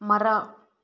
ಮರ